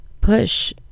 push